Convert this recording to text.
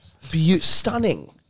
stunning